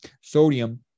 sodium